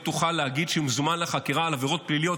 תוכל להגיד שהוא מוזמן לחקירה על עבירות פליליות,